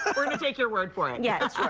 ah we're going to take your word for it. yeah